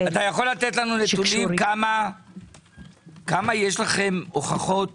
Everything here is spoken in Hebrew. נתונים, כמה יש לכם הוכחות